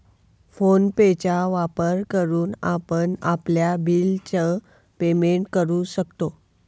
phone पे चा वापर करून आपण आपल्या बिल च पेमेंट करू शकतो